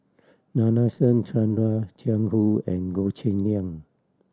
Nadasen Chandra Jiang Hu and Goh Cheng Liang